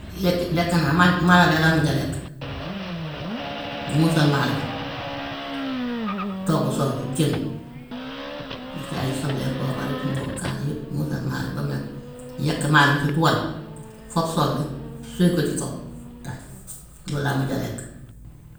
Yekk lekk naa ma- maalo daal laa mujj a lekk, muusal maalo togg soos bi jën, def ci ay sobleeg, poobar, jumbo, kaane, yëpp muusal maalo bi ba mu ñor yekk maalo bi ci pool, fob soos bi suy ko ci kaw, taaj loolu laa mujj a lekk.